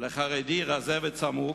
לחרדי רזה וצמוק,